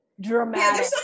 dramatic